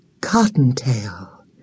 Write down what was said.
Cottontail